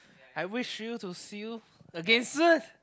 I wish you to see you again soon